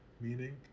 Meaning